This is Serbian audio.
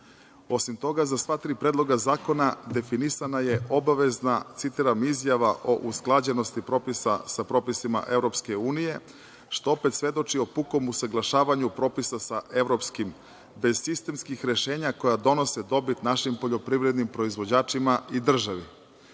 Osim toga, za sva tri predloga zakona definisana je obavezna, citiram: „izjava o usklađenosti propisa sa propisima EU“, što opet svedoči o pukom usaglašavanju propisa sa evropskim, bez sistemskih rešenja koja donose dobit našim poljoprivrednim proizvođačima i državi.